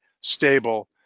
stable